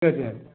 சரி சரி